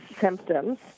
symptoms